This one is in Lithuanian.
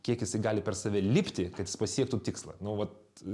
kiek jisai gali per save lipti kad jis pasiektų tikslą nu vat